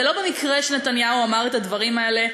לא במקרה נתניהו אמר את הדברים האלה.